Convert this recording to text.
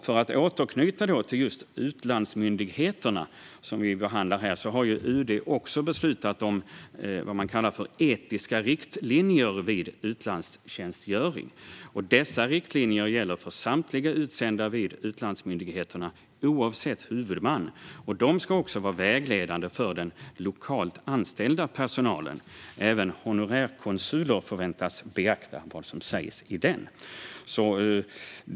För att återknyta till just utlandsmyndigheterna har UD också beslutat om vad man kallar etiska riktlinjer vid utlandstjänstgöring. Dessa riktlinjer gäller för samtliga utsända vid utlandsmyndigheterna, oavsett huvudman. De ska också vara vägledande för den lokalt anställda personalen. Även honorärkonsuler förväntas beakta vad som sägs i dem.